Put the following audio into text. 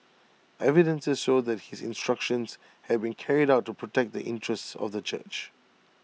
evidences showed that his instructions had been carried out to protect the interests of the church